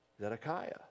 Zedekiah